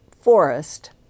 forest